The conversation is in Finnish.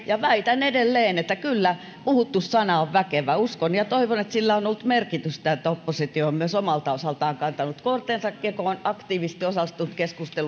ja väitän edelleen että kyllä puhuttu sana on väkevä uskon ja ja toivon että sillä on ollut merkitystä että oppositio on myös omalta osaltaan kantanut kortensa kekoon aktiivisesti osallistunut keskusteluun